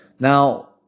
Now